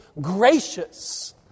gracious